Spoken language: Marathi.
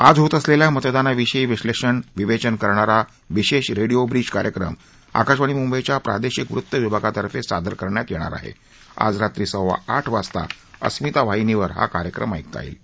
आजच्या मतदानाविषयी विश्लप्ति विवस्त करणारा विशास्त्र राखिओ ब्रीज कार्यक्रम आकाशवाणी मुंबईच्या प्रादशिक वृत्तविभागातर्फे सादर करण्यात यध्यार आहा आज रात्री सव्वा आठ वाजता अस्मिता वाहिनीवर हा कार्यक्रम ऐकता यईते